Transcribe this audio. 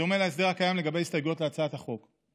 בדומה להסדר הקיים לגבי הסתייגויות להצעת חוק.